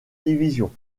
division